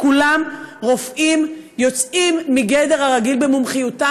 כולם רופאים יוצאים מגדר הרגיל במומחיותם,